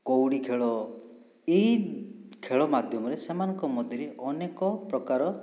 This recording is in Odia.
କଉଡ଼ି ଖେଳ ଏହି ଖେଳ ମାଧ୍ୟମରେ ସେମାନଙ୍କ ମଧ୍ୟରେ ଅନେକ ପ୍ରକାର